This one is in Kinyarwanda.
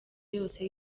yose